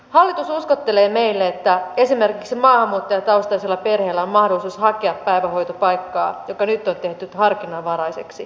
hallitus uskottelee meille että esimerkiksi maahanmuuttajataustaisella perheellä on mahdollisuus hakea päivähoitopaikkaa joka nyt on tehty harkinnanvaraiseksi